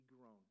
grown